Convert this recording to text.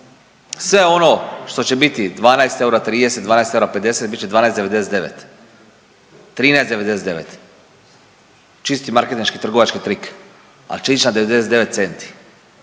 Sve ono što će biti 12 eura 30, 12 eura 50 bit će 12,99, 13,99 čisti marketinški trgovački trik, ali će ići na 99 centi